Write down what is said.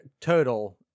total